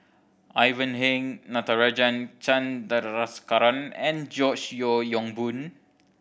Ivan Heng Natarajan Chandrasekaran and George Yeo Yong Boon